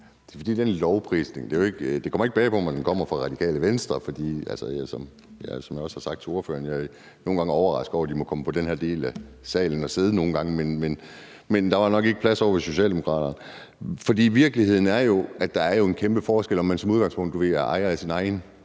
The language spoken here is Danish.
Edberg Andersen (UFG): Det kommer ikke bag på mig, at den lovprisning kommer fra Radikale Venstre, for som jeg også har sagt til ordføreren, er jeg nogle gange overrasket over, at de må komme over i den her del af salen at sidde, men der var nok ikke plads ovre ved Socialdemokraterne. For virkeligheden er jo, at der er en kæmpe forskel på, om man som udgangspunkt er ejer af sine egne